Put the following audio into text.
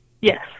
Yes